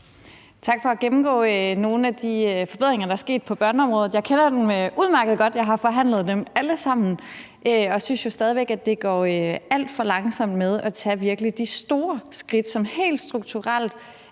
Tak for at gennemgå nogle af de forbedringer, der er sket på børneområdet. Jeg kender dem udmærket godt; jeg har forhandlet dem alle sammen og synes jo stadig væk, at det går alt for langsomt med at tage de virkelig store skridt, som helt strukturelt